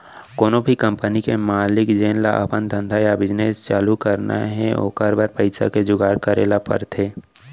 कोनो भी कंपनी के मालिक जेन ल अपन धंधा या बिजनेस चालू करना हे ओकर बर पइसा के जुगाड़ करे ल परथे